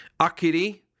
Akiri